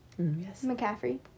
McCaffrey